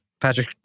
Patrick